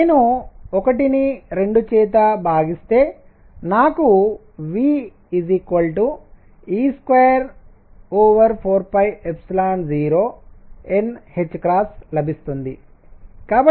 నేను 1 ను 2 చేత భాగిస్తే నాకు ve240nℏలభిస్తుంది